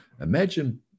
Imagine